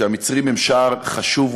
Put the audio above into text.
שהמצרים הם שער חשוב,